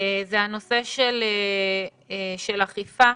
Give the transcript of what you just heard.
הנושא של אכיפה.